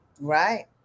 right